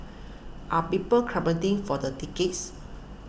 are people for the tickets